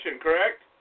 correct